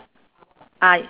ah